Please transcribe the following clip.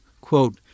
quote